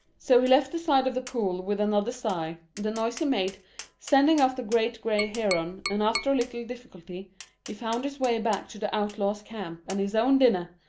so he left the side of the pool with another sigh, the noise he made sending off the great gray heron, and after a little difficulty he found his way back to the outlaws' camp and his own dinner,